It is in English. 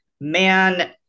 man